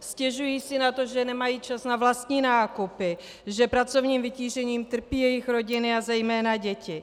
Stěžují si na to, že nemají čas na vlastní nákupy, že pracovním vytížením trpí jejich rodiny a zejména děti.